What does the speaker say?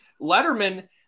Letterman